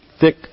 thick